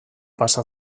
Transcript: pasa